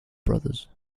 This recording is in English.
brothers